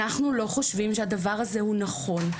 אנחנו לא חושבים שהדבר הזה הוא נכון,